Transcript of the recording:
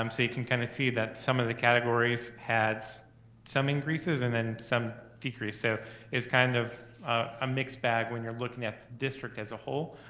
um can kind of see that some of the categories had some increases, and and some decreased so it's kind of a um mixed bag when you're looking at the district as a whole.